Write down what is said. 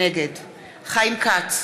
נגד חיים כץ,